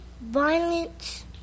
violence